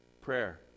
Prayer